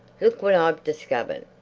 look what i've discovered.